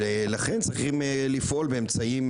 ולכן צריכים לפעול באמצעים,